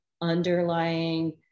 underlying